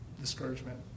discouragement